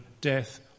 death